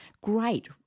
great